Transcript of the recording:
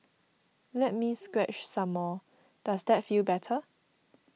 let me scratch some more does that feel better